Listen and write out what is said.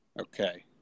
Okay